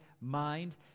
mind